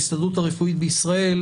ההסתדרות הרפואית בישראל,